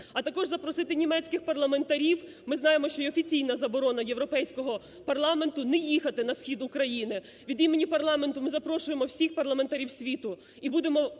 А також запросити німецьких парламентарів. Ми знаємо, що є офіційна заборона Європейського парламенту: не їхати на схід України. Від імені парламенту ми запрошуємо всіх парламентарів світу